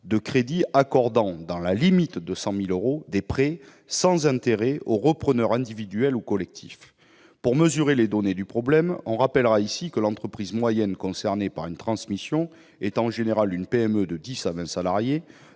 de crédit accordant, dans la limite de 100 000 euros, des prêts sans intérêt aux repreneurs individuels ou collectifs. Pour mesurer les données du problème, on rappellera ici que l'entreprise moyenne concernée par une transmission est en général une PME de 10 à 20 salariés